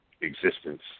existence